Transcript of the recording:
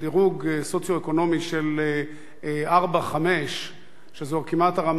מדירוג סוציו-אקונומי של 4 5, שזו כמעט הרמה,